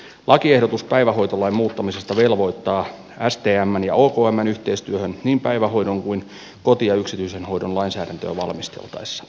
lakiehdotus päivähoitolain muuttamisesta velvoittaa stmn ja okmn yhteistyöhön niin päivähoidon kuin koti ja yksityisen hoidon lainsäädäntöä valmisteltaessa